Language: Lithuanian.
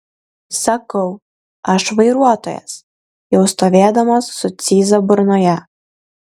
sakau aš vairuotojas jau stovėdamas su cyza burnoje